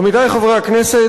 עמיתי חברי הכנסת,